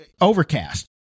overcast